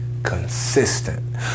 Consistent